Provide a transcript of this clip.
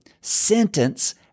sentence